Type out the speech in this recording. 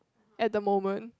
at the moment